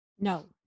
No